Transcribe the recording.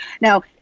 now